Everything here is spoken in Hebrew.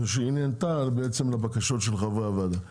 ושהיא נענתה בעצם לבקשות של חברי הוועדה